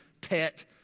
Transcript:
pet